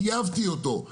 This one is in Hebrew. טייבתי אותו,